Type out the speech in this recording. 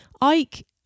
Ike